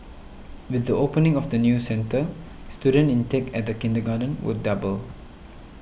with the opening of the new centre student intake at the kindergarten will double